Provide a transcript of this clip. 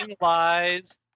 lies